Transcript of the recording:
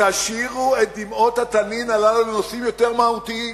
תשאירו את דמעות התנין האלה לנושאים יותר מהותיים,